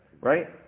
Right